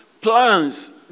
plans